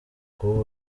kuba